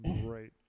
Great